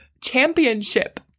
championship